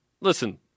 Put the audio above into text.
listen